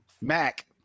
Mac